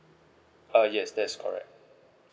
ah yes that's correct